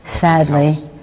Sadly